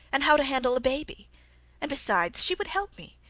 and how to handle a baby and, besides, she would help me,